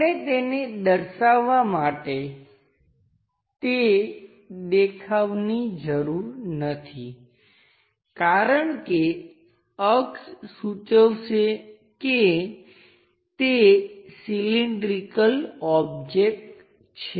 આપણે તેને દર્શાવવાં માટે તે દેખાવની જરૂર નથી કારણ કે અક્ષ સૂચવશે કે તે સિલીંડ્રિકલ ઓબ્જેક્ટ છે